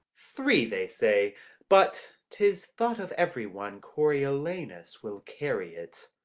three, they say but tis thought of every one coriolanus will carry it.